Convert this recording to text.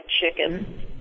Chicken